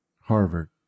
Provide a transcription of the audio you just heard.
Harvard